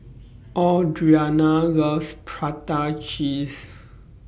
Audriana loves Prata Cheese